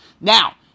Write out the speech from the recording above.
Now